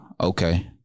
Okay